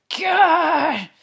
God